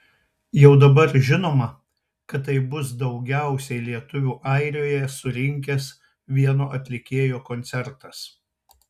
jau dabar žinoma kad tai bus daugiausiai lietuvių airijoje surinkęs vieno atlikėjo koncertas